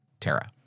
Tara